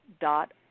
dot